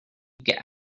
get